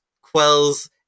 quells